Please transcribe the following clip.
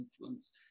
influence